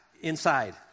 inside